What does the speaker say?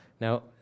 Now